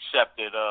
accepted